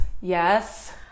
Yes